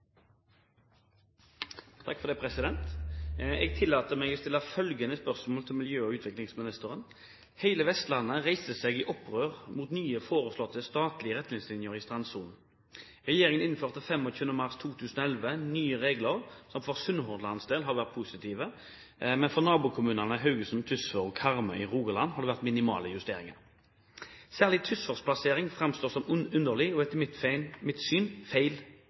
utviklingsministeren: «Hele Vestlandet reiste seg i opprør mot nye foreslåtte statlige retningslinjer i strandsonen. Regjeringen innførte 25. mars 2011 nye regler som for Sunnhordlands del har vært positive, men for nabokommunene Haugesund, Tysvær og Karmøy i Rogaland har det vært minimale justeringer. Særlig Tysværs plassering fremstår som underlig og er etter mitt syn i feil